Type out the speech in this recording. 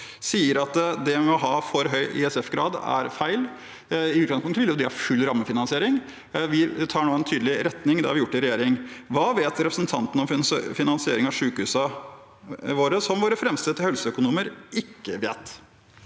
sier at det å ha for høy ISF-grad er feil. I utgangspunktet vil de jo ha full rammefinansiering. Vi tar nå en tydelig retning. Det har vi gjort i regjering. Hva vet representanten om finansiering av sykehusene våre, som våre fremste helseøkonomer ikke vet?